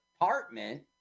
apartment